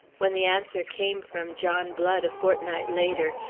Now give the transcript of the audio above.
when the answer came from john blood, a fortnight later,